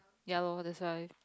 ya lor that's why